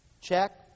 check